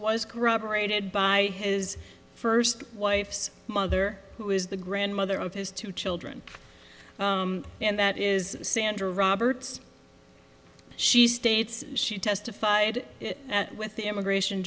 was corroborated by his first wife's mother who is the grandmother of his two children and that is sandra roberts she states she testified at with the immigration